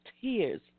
tears